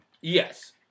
Yes